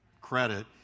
credit